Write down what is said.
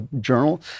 journal